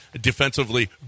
defensively